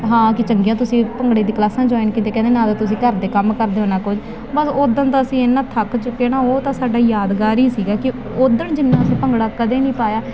ਹਾਂ ਕਿ ਚੰਗੀਆਂ ਤੁਸੀਂ ਭੰਗੜੇ ਦੀਆਂ ਕਲਾਸਾਂ ਜੁਆਇਨ ਕੀਤੀਆਂ ਕਹਿੰਦੇ ਨਾ ਤਾਂ ਤੁਸੀਂ ਘਰ ਦੇ ਕੰਮ ਕਰਦੇ ਹੋ ਨਾ ਕੁਝ ਬਸ ਉਦਣ ਤਾਂ ਅਸੀਂ ਇਹਨਾਂ ਥੱਕ ਚੁੱਕੇ ਨਾ ਉਹ ਤਾਂ ਸਾਡਾ ਯਾਦਗਾਰੀ ਸੀਗਾ ਕਿ ਓਦਣ ਜਿੰਨਾ ਅਸੀਂ ਭੰਗੜਾ ਕਦੇ ਨਹੀਂ ਪਾਇਆ